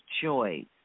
choice